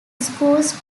schools